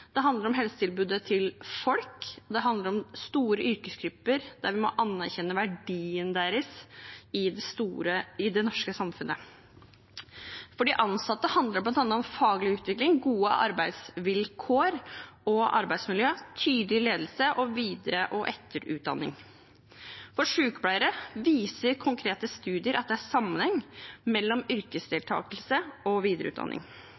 Det handler om helsetilbudet til folk, det handler om store yrkesgrupper som vi må anerkjenne verdien av i det norske samfunnet. For de ansatte handler det bl.a. om faglig utvikling, gode arbeidsvilkår og arbeidsmiljø, tydelig ledelse og videre- og etterutdanning. For sykepleiere viser konkrete studier at det er sammenheng mellom yrkesdeltakelse og videreutdanning.